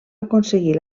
aconseguir